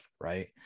right